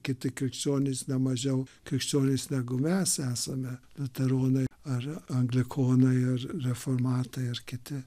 kiti krikščionys ne mažiau krikščionys negu mes esame liuteronai ar anglikonai ar reformatai ar kiti